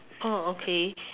oh okay